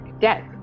death